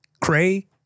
Cray